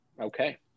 Okay